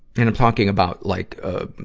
and i'm talking about, like, ah,